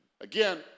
Again